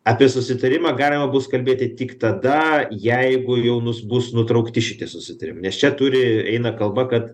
apie susitarimą galima bus kalbėti tik tada jeigu jaunus bus nutraukti šitie susitarimai nes čia turi eina kalba kad